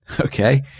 okay